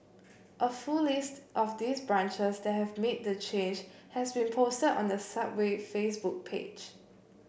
a full list of these branches that have made the change has been posted on the Subway Facebook page